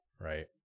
right